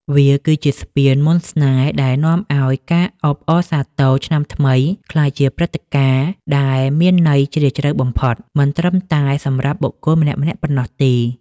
វាគឺជាស្ពានមន្តស្នេហ៍ដែលនាំឱ្យការអបអរសាទរឆ្នាំថ្មី ក្លាយជាព្រឹត្តិការណ៍ដែលមានន័យជ្រាលជ្រៅបំផុត មិនត្រឹមតែសម្រាប់បុគ្គលម្នាក់ៗប៉ុណ្ណោះទេ។